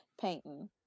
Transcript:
painting